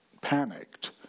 panicked